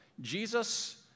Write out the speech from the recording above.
Jesus